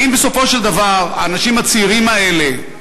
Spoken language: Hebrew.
האם בסופו של דבר האנשים הצעירים האלה,